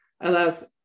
allows